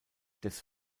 des